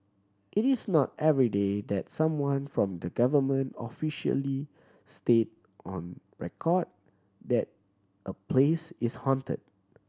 it is not everyday that someone from the government officially state on record that a place is haunted